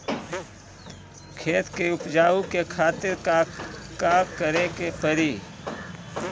खेत के उपजाऊ के खातीर का का करेके परी?